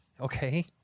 okay